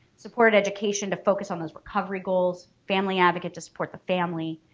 supported education to focus on those recovery goals, family advocate to support the family,